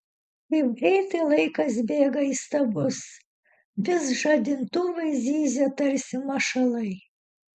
kaip greitai laikas bėga įstabus vis žadintuvai zyzia tarsi mašalai